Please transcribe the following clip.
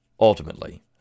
Ultimately